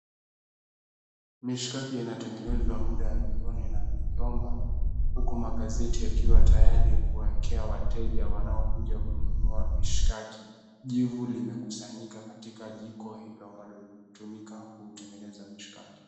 Mishkaki inatengenezwa muda ya jioni na mjomba huku magazeti yakiwa tayari kuwaekea wateja wanaokuja kununua mishkaki. Jivu limekusanyika katika jiko hilo ambalo linatumika kutengeneza mishkaki.